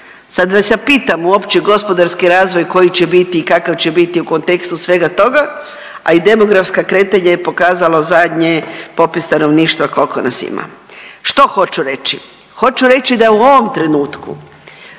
Sada vas ja pitam uopće gospodarski razvoj koji će biti i kakav će biti u kontekstu svega toga, a i demografsko kretanje je pokazalo zadnje i popis stanovništva kolko nas ima. Što hoću reći? Hoću reći da u ovom trenutku